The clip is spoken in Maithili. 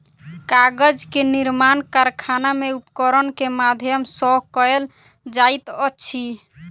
कागज के निर्माण कारखाना में उपकरण के माध्यम सॅ कयल जाइत अछि